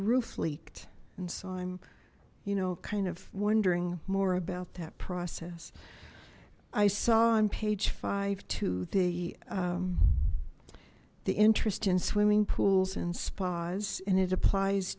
roof leaked and so i'm you know kind of wondering more about that process i saw on page five the the interest in swimming pools and spas and it applies